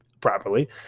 properly